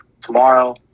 tomorrow